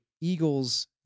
Eagles